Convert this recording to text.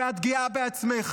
ואת גאה בעצמך.